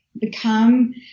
become